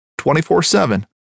24-7